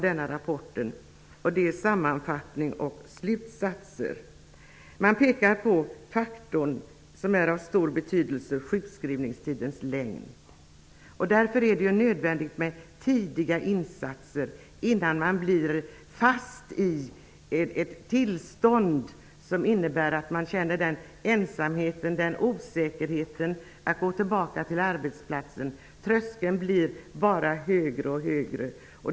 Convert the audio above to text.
Man påpekar att en faktor som har stor betydelse är sjukskrivningstidens längd. Därför är det nödvändigt med tidiga insatser innan man blir fast i ett till stånd som innebär att man känner ensamhet, osäkerhet att gå tillbaka till arbetet, att tröskeln blir bara högre och högre.